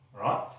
right